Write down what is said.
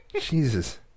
Jesus